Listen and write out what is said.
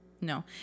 No